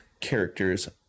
characters